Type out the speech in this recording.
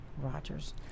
Rogers